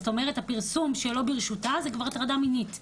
זאת אומרת הפרסום שלא ברשותה זה כבר הטרדה מינית.